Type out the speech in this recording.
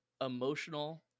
emotional